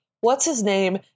what's-his-name